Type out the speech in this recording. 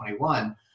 2021